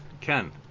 Ken